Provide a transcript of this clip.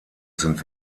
sind